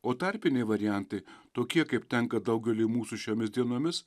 o tarpiniai variantai tokie kaip tenka daugeliui mūsų šiomis dienomis